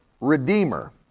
Redeemer